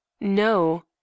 No